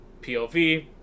POV